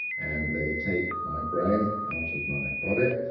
and they take my brain out of my body,